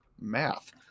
math